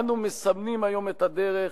אנו מסמנים היום את הדרך,